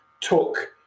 took